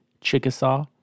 Chickasaw